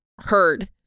heard